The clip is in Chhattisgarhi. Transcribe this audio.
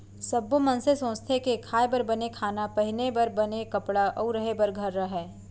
सब्बो मनसे सोचथें के खाए बर बने खाना, पहिरे बर बने कपड़ा अउ रहें बर घर रहय